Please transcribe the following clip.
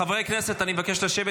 חברי הכנסת, אני מבקש לשבת.